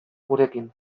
gurekin